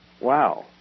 wow